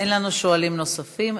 אין לנו שואלים נוספים?